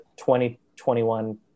2021